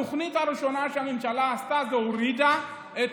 התוכנית הראשונה שהממשלה עשתה זה הורידה את